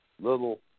Little